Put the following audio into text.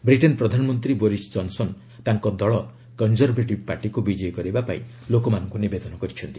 Britain ପ୍ରଧାନମନ୍ତ୍ରୀ Boris Johnson ତାଙ୍କ ଦଳ କଞ୍ଜରଭେଟିଭ୍ ପାର୍ଟିକୁ ବିଜୟୀ କରାଇବା ପାଇଁ ଲୋକମାନଙ୍କୁ ନିବେଦନ କରିଛନ୍ତି